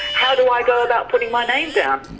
how do i go about putting my name down?